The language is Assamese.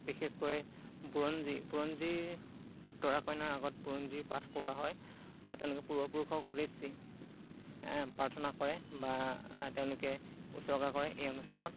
বিশেষকৈ বুৰঞ্জী বুৰঞ্জী দৰা কইনাৰ আগত বুৰঞ্জীৰ পাঠ পঢ়োৱা হয় বা তেওঁলোকে পূৰ্বপুৰুষক উদ্দেশ্যি প্ৰাৰ্থনা কৰে বা তেওঁলোকে উছৰ্গা কৰে এই অনুষ্ঠানত